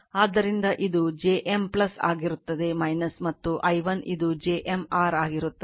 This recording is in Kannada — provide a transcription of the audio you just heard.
ಆದ್ದರಿಂದ ಇದು jM ಆಗಿರುತ್ತದೆ ಮತ್ತು i1 ಇದು j M r ಆಗಿರುತ್ತದೆ